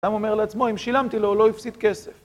אדם אומר לעצמו, אם שילמתי לו, הוא לא הפסיד כסף.